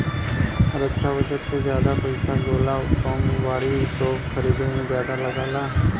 रक्षा budget के जादा पइसा गोला बम गाड़ी, तोप खरीदे में जादा लगला